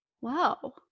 Wow